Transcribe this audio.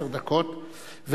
עשר דקות,